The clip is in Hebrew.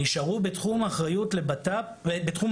נשארו בתחום אחריות צה"ל.